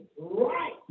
right